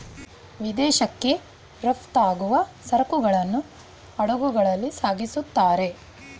ವಿದೇಶಕ್ಕೆ ರಫ್ತಾಗುವ ಸರಕುಗಳನ್ನು ಹಡಗುಗಳಲ್ಲಿ ಸಾಗಿಸುತ್ತಾರೆ